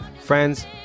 friends